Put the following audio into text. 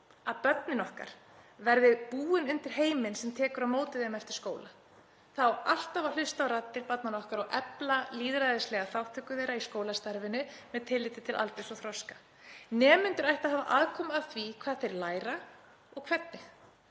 að börnin okkar verði búin undir heiminn sem tekur á móti þeim eftir skóla. Það á alltaf að hlusta á raddir barnanna okkar og efla lýðræðislega þátttöku þeirra í skólastarfinu með tilliti til aldurs og þroska. Nemendur ættu að hafa aðkomu að því hvað þeir læra og hvernig,